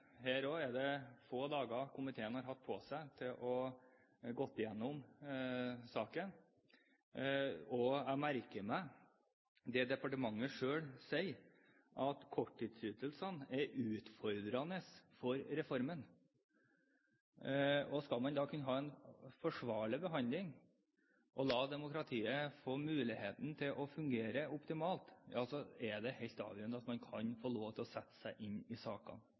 her hatt få dager på seg til å gå gjennom saken. Og jeg merker meg det departementet selv sier, at korttidsytelsene er utfordrende for reformen. Skal man kunne ha en forsvarlig behandling og la demokratiet få muligheten til å fungere optimalt, er det helt avgjørende at man kan få lov til å sette seg inn i sakene.